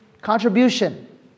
contribution